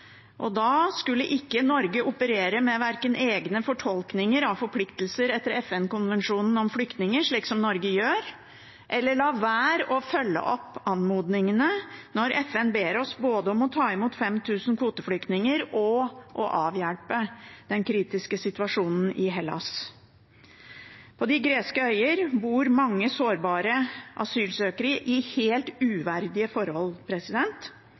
og da skulle ikke Norge operere med verken egne fortolkninger av forpliktelser etter FN-konvensjonen om flyktninger, slik Norge gjør, eller la være å følge opp anmodningene når FN ber oss om både å ta imot 5 000 kvoteflyktninger og å avhjelpe den kritiske situasjonen i Hellas. På de greske øyer bor mange sårbare asylsøkere under helt uverdige forhold.